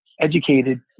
educated